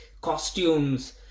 costumes